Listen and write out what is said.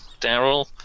Daryl